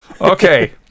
Okay